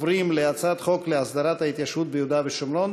להצעת חוק להסדרת ההתיישבות ביהודה והשומרון,